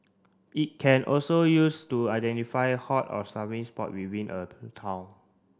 it can also used to identify hot or spot within a town